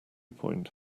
point